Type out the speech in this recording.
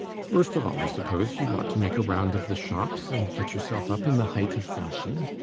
first of all, i suppose, you want to make a round of the shops, and get yourself up in the height of fashion.